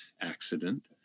accident